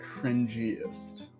cringiest